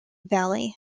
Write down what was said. valley